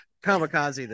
kamikaze